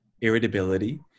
irritability